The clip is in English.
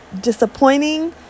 disappointing